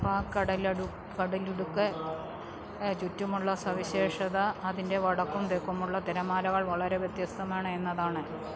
pack കടലടു കടലിടുക്ക് ചുറ്റുമുള്ള സവിശേഷത അതിൻ്റെ വടക്കും തെക്കുമുള്ള തിരമാലകൾ വളരെ വ്യത്യസ്തമാണ് എന്നതാണ്